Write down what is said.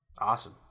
awesome